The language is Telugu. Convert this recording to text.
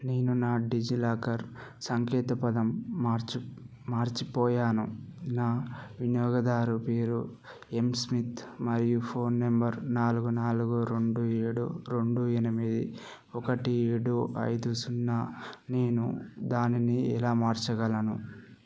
నేను నా డిజిలాకర్ సంకేత పదం మార్చ్ మారచిపోయాను నా వినియోగదారుని పేరు యం స్మిత్ మరియు ఫోన్ నంబర్ నాలుగు నాలుగు రెండు ఏడు రెండు ఎనిమిది ఒకటి ఏడు ఐదు సున్నా నేను దానిని ఎలా మార్చగలను